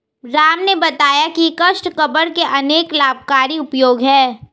राम ने बताया की काष्ठ कबाड़ के अनेक लाभकारी उपयोग हैं